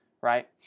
right